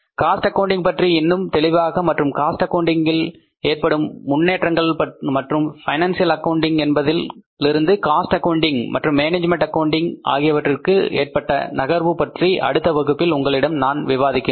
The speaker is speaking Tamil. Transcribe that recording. காஸ்ட் ஆக்கவுண்டிங் பற்றி இன்னும் தெளிவாக மற்றும் காஸ்ட் அக்கவுண்டிங்கில் ஏற்படும் முன்னேற்றங்கள் மற்றும் பினான்சியல் அக்கவுண்டிங் என்பதிலிருந்து காஸ்ட் அக்கவுண்டிங் மற்றும் மேனேஜ்மென்ட் அக்கவுண்டிங் ஆகியவற்றிற்கு ஏற்பட்ட நகர்வு பற்றி அடுத்த வகுப்பில் உங்களிடம் நான் விவாதிக்கிறேன்